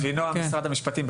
אבינועם, משרד המשפטים.